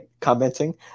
commenting